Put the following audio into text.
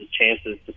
chances